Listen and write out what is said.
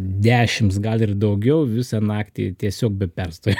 dešimts gal ir daugiau visą naktį tiesiog be perstojo